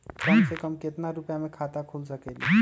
कम से कम केतना रुपया में खाता खुल सकेली?